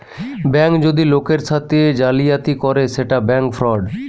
bank যদি লোকের সাথে জালিয়াতি করে সেটা ব্যাঙ্ক ফ্রড